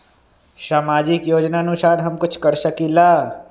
सामाजिक योजनानुसार हम कुछ कर सकील?